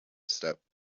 step